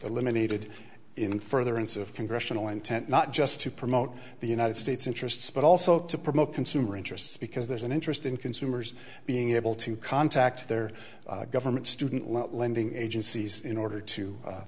eliminated in furtherance of congressional intent not just to promote the united states interests but also to promote consumer interests because there's an interest in consumers being able to contact their government student lending agencies in order to